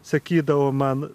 sakydavo man